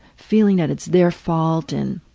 feeling that it's their fault, and